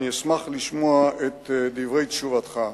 אני אשמח לשמוע את דברי תשובתך.